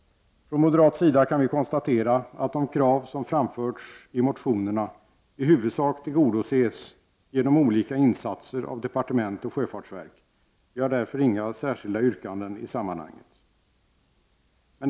Från moderat sida kan vi konstatera att de krav som framförts i motionerna i huvudsak tillgodoses genom olika insatser av departement och sjöfartsverk. Vi har därför inga särskilda yrkanden i sammanhanget.